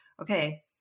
okay